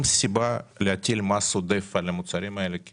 סיבה להטיל מס עודף על המוצרים האלה כי